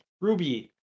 Ruby